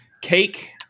cake